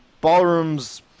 ballrooms